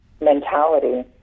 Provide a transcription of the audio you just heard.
mentality